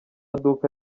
duka